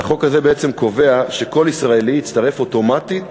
והחוק הזה בעצם קובע שכל ישראלי יצטרף אוטומטית